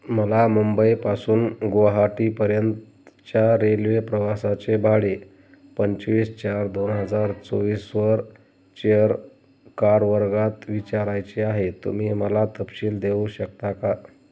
मला मुंबईपासून गुवाहाटीपर्यंतच्या रेल्वे प्रवासाचे भाडे पंचवीस चार दोन हजार चोवीसवर चेअर कार वर्गात विचारायचे आहे तुम्ही मला तपशील देऊ शकता का